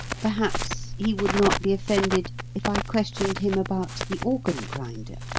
perhaps he would not be offended if i questioned him about the organ-grinder.